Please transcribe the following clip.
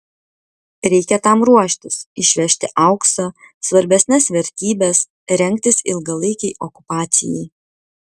reikia tam ruoštis išvežti auksą svarbesnes vertybes rengtis ilgalaikei okupacijai